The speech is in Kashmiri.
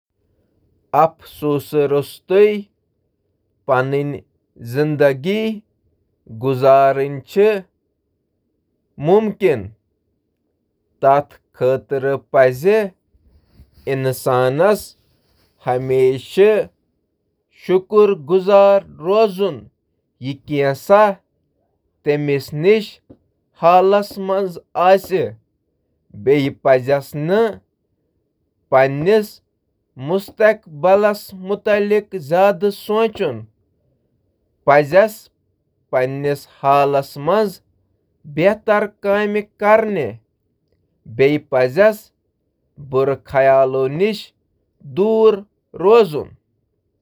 افسوس ورٲے چھُنہٕ پوٗرٕ پٲٹھۍ زِنٛدٕ روزُن مُمکِن، مگر تِمَو نِش ہیٚچھُن تہٕ برٛونٛہہ پکُن چھُ مُمکِن۔ افسوس چُھ زندگی ہنٛد اکھ فطری حصہٕ تہٕ اگر توہہٕ امہٕ سۭتۍ ہیٚچھو تہٕ بہتر انتخاب کرنہٕ خٲطرٕ استعمال کٔرِو تیلہٕ ہیکہٕ اکھ مثبت تجربہٕ ٲستھ۔